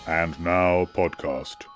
andnowpodcast